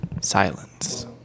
Silence